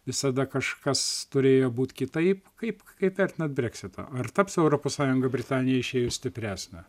visada kažkas turėjo būt kitaip kaip kaip vertinat breksitą ar taps europos sąjunga britanijai išėjus stipresnė